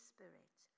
Spirit